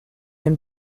him